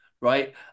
right